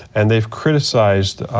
and they've criticized,